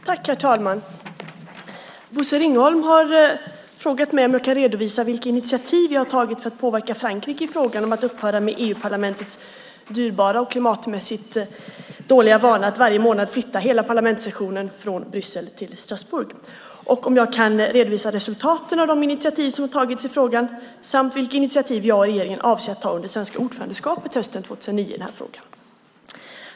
Herr talman! Bosse Ringholm har frågat mig om jag kan redovisa vilka initiativ jag har tagit för att påverka Frankrike i frågan om att upphöra med EU-parlamentets dyrbara och klimatmässigt dåliga vana att varje månad flytta hela parlamentssessionen från Bryssel till Strasbourg, om jag kan redovisa resultaten av de initiativ som tagits i frågan samt vilka initiativ jag och regeringen avser att ta under det svenska ordförandeskapet hösten 2009 i denna fråga.